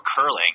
curling